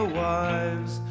wives